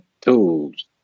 tools